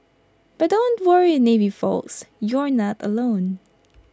but don't worry navy folks you're not alone